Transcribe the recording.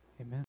Amen